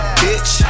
bitch